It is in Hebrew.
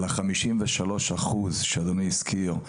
לגבי ה-53% שאדוני הזכיר,